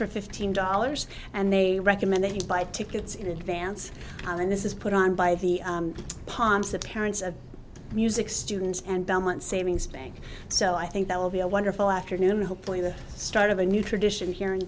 for fifteen dollars and they recommend they buy tickets in advance and this is put on by the palms the parents of the music students and belmont savings bank so i think that will be a wonderful afternoon hopefully the start of a new tradition here in